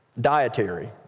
dietary